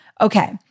Okay